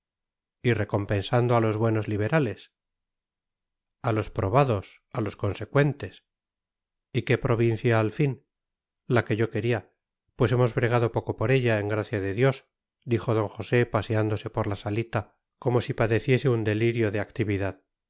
y recompensando a los buenos liberales a los probados a los consecuentes y qué provincia al fin la que yo quería pues hemos bregado poco por ella en gracia de dios dijo d josé paseándose por la salita como si padeciese un delirio de actividad